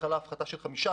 בהתחלה הפחתה של 15%,